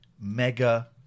Mega